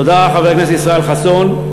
תודה, חבר הכנסת ישראל חסון.